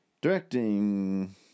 directing